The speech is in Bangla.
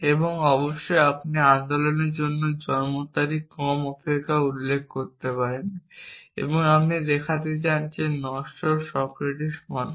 এবং অবশ্যই আপনি আন্দোলনের জন্য জন্ম তারিখ কম উপেক্ষা করতে পারেন এবং আপনি এটি দেখাতে চান যে নশ্বর সক্রেটিস সত্য